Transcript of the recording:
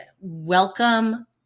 welcome